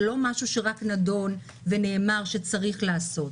זה לא משהו שרק נדון ונאמר שצריך לעשות.